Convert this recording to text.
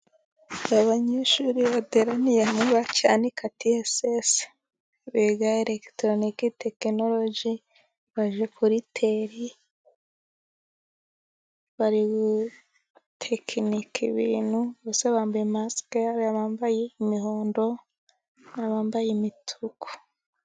Abanyeshuri bateraniye naba Cyanika tss biga eregitoronike tekinorogi, baje kuriteri barigutekinika ibintu, bose bambaye masike, bambaye imihondo hari n'abambaye imituku.